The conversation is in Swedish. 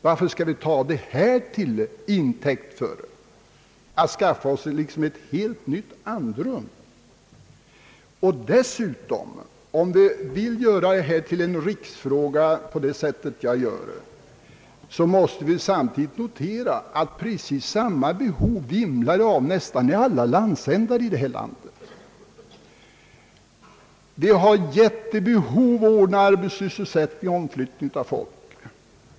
Varför skall vi ta detta till intäkt för att skaffa ett nytt andrum? Och dessutom — om vi vill göra detta till en riksfråga på det sätt jag gör, måste vi notera att precis samma behov vimlar det av i nästan alla landsändar, Det finns jättelika behov av att ordna sysselsättning och omflyttning av folk.